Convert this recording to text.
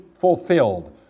fulfilled